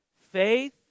faith